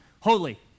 Holy